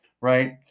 right